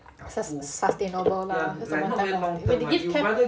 sus~ sustainable lah just a one time they give care